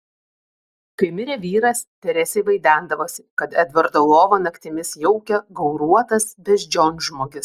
kai mirė vyras teresei vaidendavosi kad edvardo lovą naktimis jaukia gauruotas beždžionžmogis